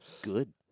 Good